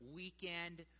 weekend